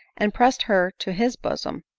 and pressed her to his bosom.